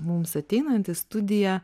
mums ateinant į studiją